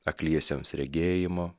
akliesiems regėjimo